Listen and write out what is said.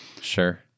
sure